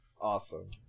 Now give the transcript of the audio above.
Awesome